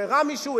שחררה מישהו,